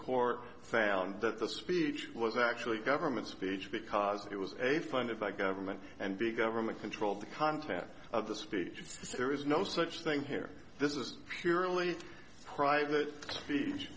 court found that the speech was actually government speech because it was a funded by government and big government controlled the content of the speech so there is no such thing here this is purely private speech